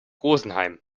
rosenheim